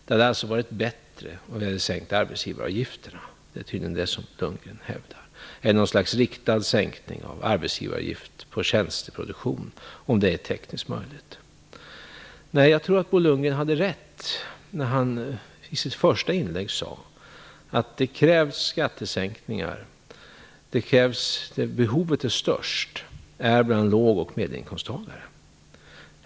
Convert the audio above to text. Det hade alltså varit bättre om vi hade sänkt arbetsgivaravgifterna - detta är tydligen vad Lundgren hävdar - än något slags riktad sänkning av arbetsgivaravgift på tjänsteproduktion, om det är tekniskt möjligt. Jag tror att Bo Lundgren hade rätt när han i sitt första inlägg sade att det krävs skattesänkningar och att behovet är störst bland låg och medelinkomsttagare.